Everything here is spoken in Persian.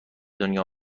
دنیا